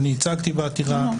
ייצגתי בעתירה,